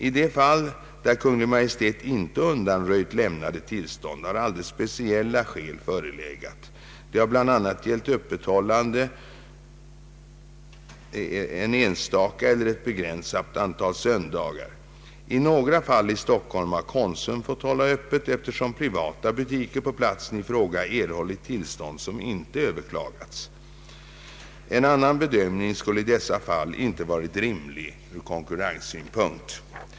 I de få fall där Kungl. Maj:t inte undanröjt lämnade tillstånd har alldeles speciella skäl förelegat. Det har bl.a. gällt öppethållande en enstaka eller ett begränsat antal söndagar. I några fall i Stockholm har Konsum fått hålla öppet eftersom privata butiker på platsen i fråga erhållit tillstånd som inte överklagats. En annan bedömning skulle i dessa fall inte varit rimlig från konkurrenssynpunkt.